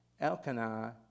Elkanah